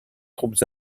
troupes